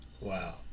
wow